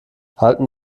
halten